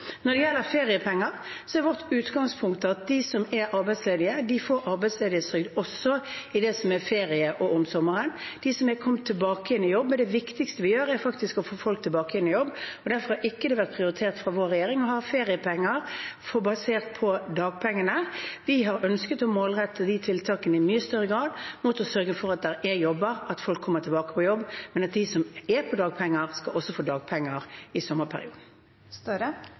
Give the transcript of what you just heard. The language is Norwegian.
Når det gjelder feriepenger, er vårt utgangspunkt at de som er arbeidsledige, får arbeidsledighetstrygd også i det som er ferie, og om sommeren. Noen er kommet tilbake igjen i jobb, og det viktigste vi gjør, er faktisk å få folk tilbake igjen i jobb. Derfor har det ikke vært prioritert fra vår regjering å ha feriepenger basert på dagpengene. Vi har ønsket å målrette de tiltakene i mye større grad mot å sørge for at det er jobber, at folk kommer tilbake på jobb, men at de som er på dagpenger, også skal få dagpenger i sommerperioden.